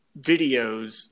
videos